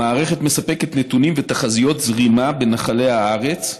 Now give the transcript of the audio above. המערכת מספקת נתונים ותחזיות זרימה בנחלי הארץ,